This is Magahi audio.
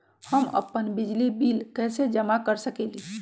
हम अपन बिजली बिल कैसे जमा कर सकेली?